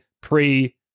pre